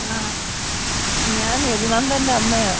ആ ഞാൻ യദുനന്ദൻ്റെ അമ്മയാനണ്